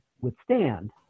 withstand